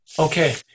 Okay